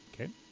Okay